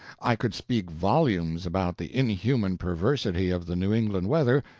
i could speak volumes about the inhuman perversity of the new england weather,